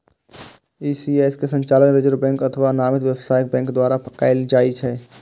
ECS के संचालन reserve bank अथवा नामित व्यावसायिक बैंक द्वारा कैल जाइ छै